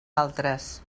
altres